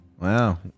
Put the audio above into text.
Wow